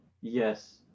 yes